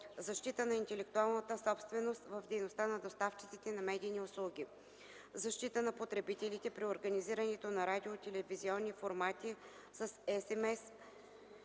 защита на интелектуалната собственост в дейността на доставчиците на медийни услуги; - защита на потребителите при организиране на радио- и телевизионни формати с